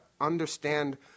understand